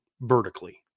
vertically